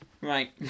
Right